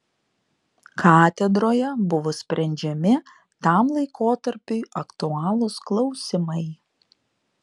katedroje buvo sprendžiami tam laikotarpiui aktualūs klausimai